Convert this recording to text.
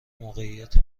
موقعیت